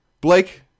Blake